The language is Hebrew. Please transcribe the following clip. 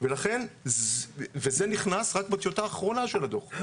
וזה נכנס רק בטיוטה האחרונה של הדוח.